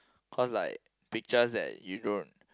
cause like pictures that you don't